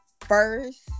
first